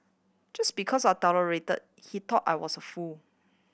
just because I tolerated he thought I was a fool